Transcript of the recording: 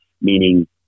meaning